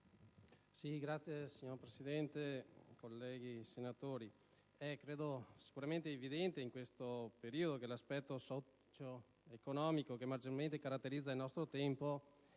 *(LNP)*. Signor Presidente, colleghi senatori, credo sia sicuramente evidente in questo periodo che l'aspetto socio-economico che maggiormente caratterizza il nostro tempo